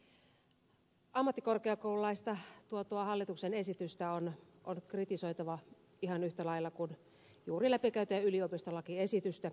ammattikorkeakoululaista tuotua hallituksen esitystä on kritisoitava ihan yhtä lailla kuin juuri läpikäytyä yliopistolakiesitystä ikävä kyllä